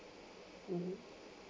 mmhmm